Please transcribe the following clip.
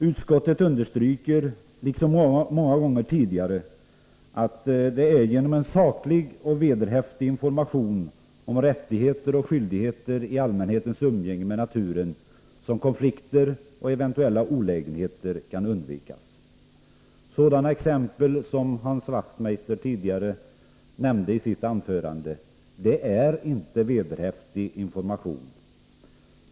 Utskottet understryker, liksom många gånger tidigare, att det är genom en saklig och vederhäftig information om rättigheter och skyldigheter i allmänhetens umgänge med naturen som konflikter och eventuella olägenheter kan undvikas. Sådana exempel som Hans Wachtmeister tidigare nämnde i sitt anförande är inte vederhäftig information.